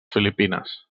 filipines